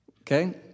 okay